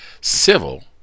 civil